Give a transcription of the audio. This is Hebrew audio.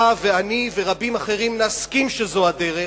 אתה ואני ורבים אחרים נסכים שזו הדרך,